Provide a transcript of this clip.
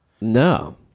No